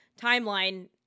timeline